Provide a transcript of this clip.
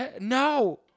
no